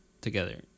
Together